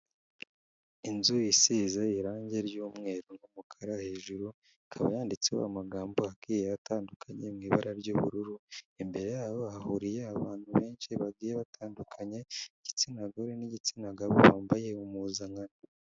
Inzu yisize irangi ry'umweru n'umukara hejuru, ikaba yanditseho amagambo agiye atandukanye mu ibara ry'ubururu, imbere yabo hahuriye abantu benshi bagiye batandukanye, igitsina gore n'igitsina gabo, bambaye impuzankano.